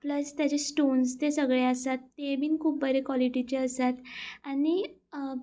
pulse तेजे stones जे सगळे आसात ते बीन खूब बरे क्वॉलिटीचे आसात आनी